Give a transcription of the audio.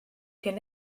kin